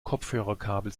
kopfhörerkabel